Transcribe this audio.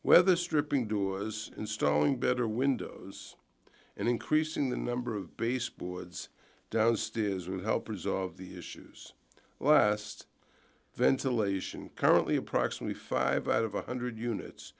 weatherstripping do installing better windows and increasing the number of baseboards downstairs will help resolve the issues last ventilation currently approximately five out of a one hundred units